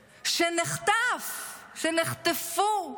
נחטף, נחטפו,